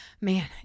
man